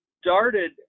started